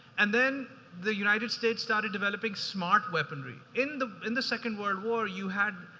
and then the united states started developing smart weaponry. in the in the second world war, you had